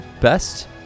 best